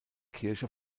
kirche